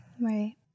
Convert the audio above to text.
right